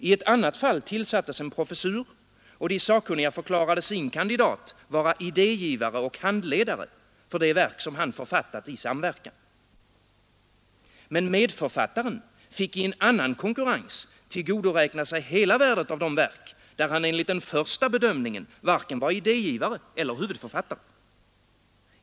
I ett annat fall tillsattes en professur, och de sakkunniga förklarade sin kandidat vara idégivare och handledare för de verk som han författat i samverkan. Men medförfattaren fick i en annan konkurrens tillgodoräkna sig hela värdet av de verk, där han enligt första bedömningen varken var idégivare eller huvudförfattare.